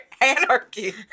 anarchy